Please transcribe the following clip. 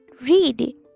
read